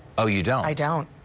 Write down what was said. oh, you don't. i don't.